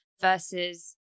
versus